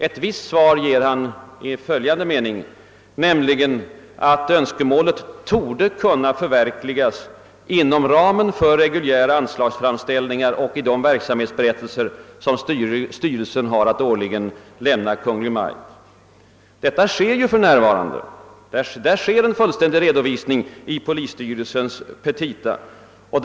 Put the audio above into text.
Ett visst svar ger han i följande mening, nämligen att önskemålet »torde kunna» förverkligas »inom ramen för reguljära anslagsframställningar och i de verksamhetsberättelser som styrelsen har att årligen lämna Kungl. Maj:t». Men detta sker för närvarande. En fullständig redovisning av rikspolisstyrelsens verksamhet ges i dess petita.